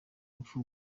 rupfu